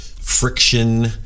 friction